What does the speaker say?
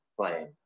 playing